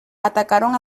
atacaron